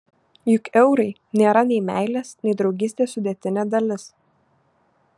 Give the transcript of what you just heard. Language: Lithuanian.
juk eurai nėra nei meilės nei draugystės sudėtinė dalis